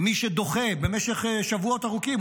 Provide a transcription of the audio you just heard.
מי שדוחה במשך שבועות ארוכים,